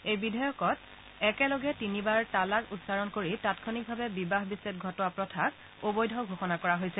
এই বিধেয়কত একেলগে তিনিবাৰ তালাক উচ্চাৰণ কৰি তাংক্ষণিকভাৱে বিবাহ বিচ্ছেদ ঘটোৱা প্ৰথাক নস্যাৎ কৰাৰ লগতে অবৈধ ঘোষণা কৰা হৈছে